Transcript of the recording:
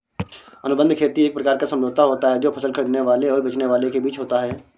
अनुबंध खेती एक प्रकार का समझौता होता है जो फसल खरीदने वाले और बेचने वाले के बीच होता है